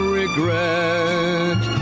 regret